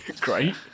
great